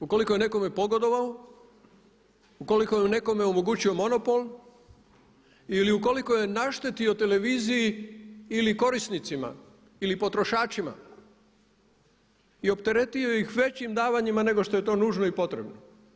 Ukoliko je nekome pogodovao, ukoliko je nekome omogućio monopol ili ukoliko je naštetio televiziji ili korisnicima ili potrošačima i opteretio ih većim davanjima nego što je to nužno i potrebno.